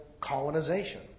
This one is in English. colonization